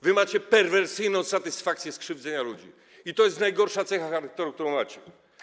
Wy macie perwersyjną satysfakcję z krzywdzenia ludzi, i to jest najgorsza cecha charakteru, którą macie.